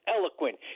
eloquent